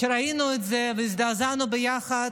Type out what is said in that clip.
כשראינו את זה והזדעזענו ביחד,